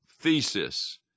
thesis